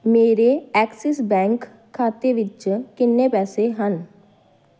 ਮੇਰੇ Axis bank ਖਾਤੇ ਵਿੱਚ ਕਿੰਨੇ ਪੈਸੇ ਹਨ